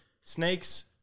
snakes